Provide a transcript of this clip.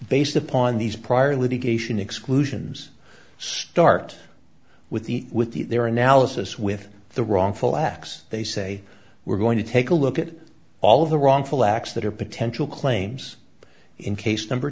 based upon these prior litigation exclusions start with the with the their analysis with the wrongful acts they say we're going to take a look at all of the wrongful acts that are potential claims in case number